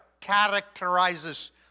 characterizes